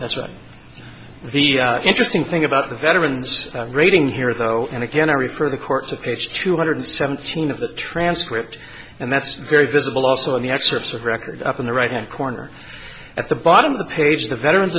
that's right the interesting thing about the veteran's rating here though and again i refer the court to page two hundred seventeen of the transcript and that's very visible also on the excerpts of record up on the right hand corner at the bottom of the page the veteran